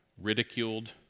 ridiculed